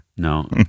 no